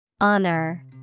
Honor